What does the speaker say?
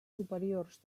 superiors